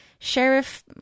Sheriff